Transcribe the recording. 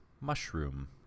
mushroom